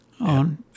on